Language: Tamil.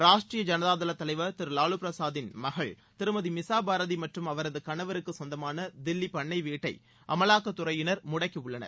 ராஷ்டீரிய ஜனதா தலைவர் திரு லாலு பிரசாத்தின் மகள் திருமதி மிசா பாரதி மற்றும் அவரது கணவருக்கு சொந்தமான தில்லி பண்ணை வீட்டை அமலாக்கத்துறையினர் முடக்கியுள்ளனர்